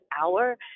hour